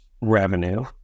revenue